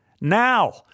Now